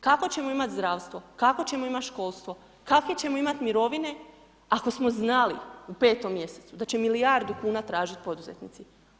Kakvo ćemo imati zdravstvo, kakvo ćemo imati školstvo, kakve ćemo imati mirovine ako smo znali u 5. mj. da će milijardu kuna tražiti poduzetnici?